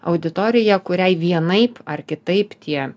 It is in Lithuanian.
auditorija kuriai vienaip ar kitaip tie